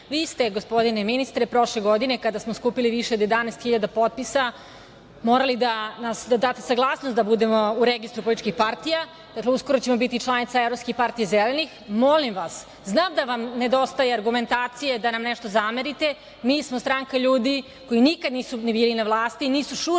Vi ste gospodine ministre prošle godine kada smo skupili više od 11.000 potpisa morali da date saglasnost da budemo u registru političkih partija, uskoro ćemo biti članica Evropskih partija zelenih, molim vas, znam da vam nedostaje argumentacija da nam nešto zamerite, mi smo stranka ljudi koji nikada nisu bili na vlasti, nisu šurovali